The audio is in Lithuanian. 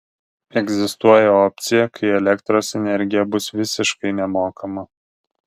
egzistuoja opcija kai elektros energija bus visiškai nemokama